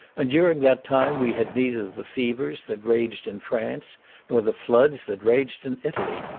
and during that time we had neither the fevers that raged in france nor the floods that raged in italy.